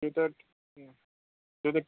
त्यो त त्यो त